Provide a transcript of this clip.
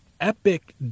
epic